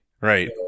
right